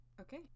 Okay